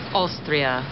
austria